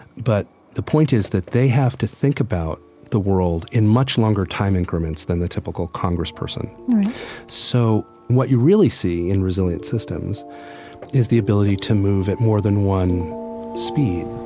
but the point is that they have to think about the world in much longer time increments than the typical congressperson right so what you really see in resilient systems is the ability to move at more than one speed